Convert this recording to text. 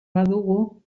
badugu